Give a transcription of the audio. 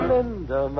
Linda